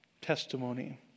testimony